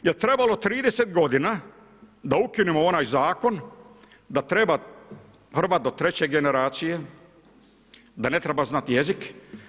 Jel trebalo 30 godina da ukinemo onaj zakon da treba Hrvat do treće generacije, da ne treba znati jezik?